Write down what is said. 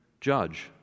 judge